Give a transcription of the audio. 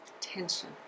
tension